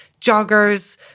joggers